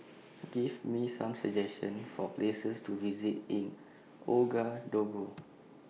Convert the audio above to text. Give Me Some suggestions For Places to visit in Ouagadougou